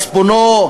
מצפונו,